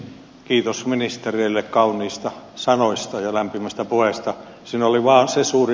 kiitos ministereille kauniista sanoista ja lämpimistä puolesta sen oli varsin suuri